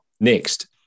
next